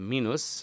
Minus